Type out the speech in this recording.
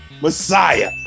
messiah